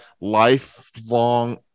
lifelong